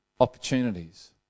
opportunities